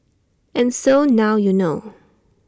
and so now you know